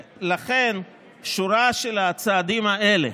לכן השורה של הצעדים האלה,